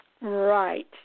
Right